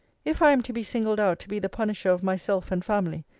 if i am to be singled out to be the punisher of myself and family,